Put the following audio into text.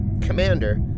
Commander